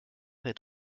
est